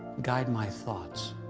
guide my thoughts,